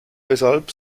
weshalb